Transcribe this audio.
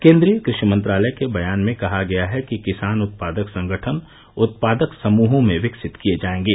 केन्द्रीय कृषि मंत्रालय के बयान में कहा गया है कि किसान उत्पादक संगठन उत्पादक समूहों में विकसित किये जायेंगे